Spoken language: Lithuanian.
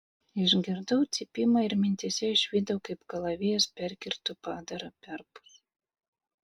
išgirdau cypimą ir mintyse išvydau kaip kalavijas perkirto padarą perpus